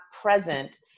present